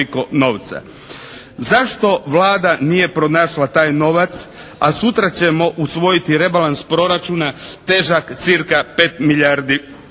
Zašto Vlada nije pronašla taj novac, a sutra ćemo usvojiti rebalans proračuna težak cirka 5 milijardi